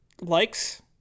likes